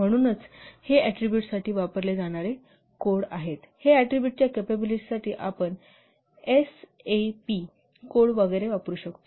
म्हणूनच हे ऍट्रीबुटसाठी वापरले जाणारे हे कोड आहेत हे ऍट्रीबुटच्या कॅपॅबिलिटीसाठी आपण एसीएपी कोड वगैरे वापरू शकता